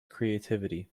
creativity